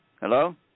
Hello